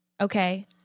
Okay